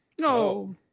No